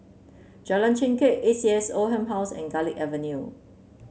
Jalan Chengkek A C S Oldham Halls and Garlick Avenue